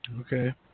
Okay